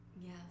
Yes